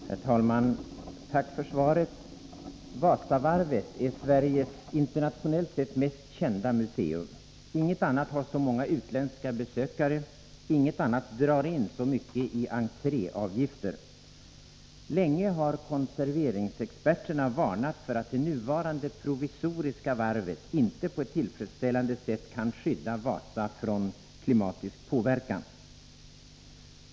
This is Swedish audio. Herr talman! Tack för svaret. Wasavarvet är Sveriges internationellt sett mest kända museum. Inget annat har så många utländska besökare, inget annat drar in så mycket i entréavgifter. Länge har konserveringsexperterna varnat för att det nuvarande provisoriska varvet inte på ett tillfredsställande sätt kan skydda Wasa från klimatisk påverkan.